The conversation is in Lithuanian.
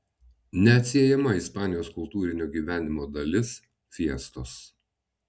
neatsiejama ispanijos kultūrinio gyvenimo dalis fiestos